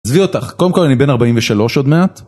עזבי אותך, קודם כל אני בן 43 עוד מעט